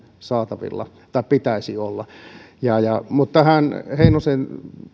saatavilla tai pitäisi olla mutta tähän heinosen